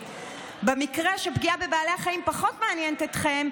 במקרה שפגיעה בבעלי החיים פחות מעניינת אתכם,